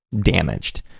damaged